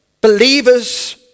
believers